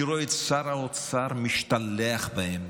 אני רואה את שר האוצר משתלח בהם,